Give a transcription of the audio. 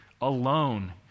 alone